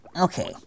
Okay